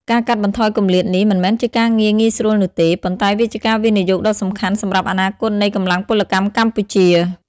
ការកាត់បន្ថយគម្លាតនេះមិនមែនជាការងារងាយស្រួលនោះទេ ប៉ុន្តែវាជាការវិនិយោគដ៏សំខាន់សម្រាប់អនាគតនៃកម្លាំងពលកម្មកម្ពុជា។